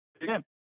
again